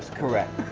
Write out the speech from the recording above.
correct.